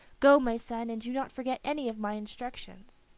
go, my son, and do not forget any of my instructions.